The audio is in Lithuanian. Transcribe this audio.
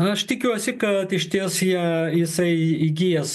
aš tikiuosi kad iš ties jie jisai įgijęs